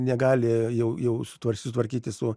negali jau jau sutvar susitvarkyti su